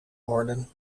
worden